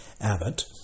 Abbott